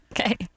Okay